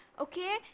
okay